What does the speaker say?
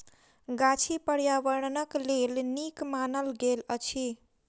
गाछी पार्यावरणक लेल नीक मानल गेल अछि